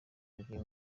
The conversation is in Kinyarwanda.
umukinnyi